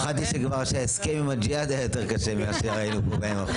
פחדתי כבר שההסכם עם הג'יהאד היה יותר קשה מאשר היום פה.